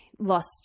lost